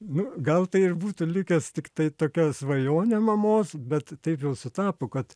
nu gal tai ir būtų likęs tiktai tokia svajonė mamos bet taip jau sutapo kad